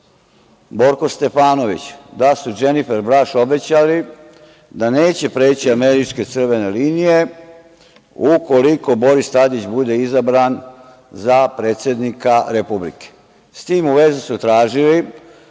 Borsko Stefanović, da su Dženifer Braš obećali da neće preći američke crvene linije ukoliko Boris Tadić bude izabran za predsednika Republike. S tim u vezi su tražili